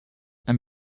and